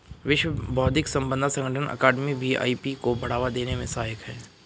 विश्व बौद्धिक संपदा संगठन अकादमी भी आई.पी को बढ़ावा देने में सहायक है